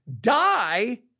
die